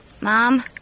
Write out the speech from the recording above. Mom